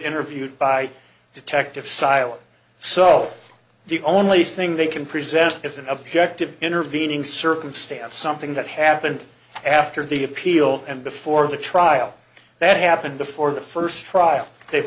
interviewed by detectives silent so the only thing they can present is an objective intervening circumstance something that happened after the appeal and before the trial that happened before the first trial they've